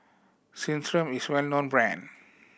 Centrum is well known brand